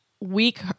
week